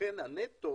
לכן הנטו